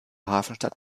hafenstadt